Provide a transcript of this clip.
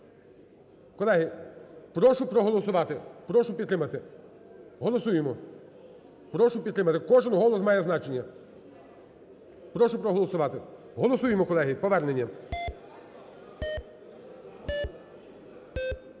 Колеги, прошу проголосувати, прошу підтримати. Голосуємо. Прошу підтримати. Кожен голос має значення. Прошу проголосувати. Голосуємо, колеги, повернення.